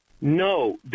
No